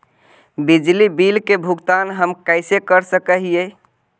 बिजली बिल के भुगतान हम कैसे कर सक हिय?